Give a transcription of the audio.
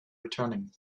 returning